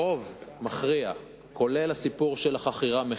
שהרוב המכריע שלה, לרבות הסיפור של החכירה-המכירה,